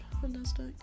Fantastic